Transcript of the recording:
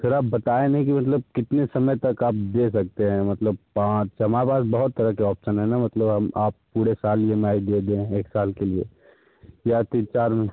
sir आप बताए नहीं कि मतलब कितने समय तक आप दे सकते हैं मतलब पाँच हमारे पास बहुत तरह के ऑप्शन हैं ना मतलब आप पूरे साल ई एम आई दे दें एक साल के लिए या तीन चार